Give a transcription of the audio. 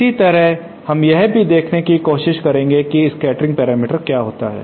इसी तरह हम यह भी देखने की कोशिश करेंगे कि स्कैटरिंग पैरामीटर्स क्या होता है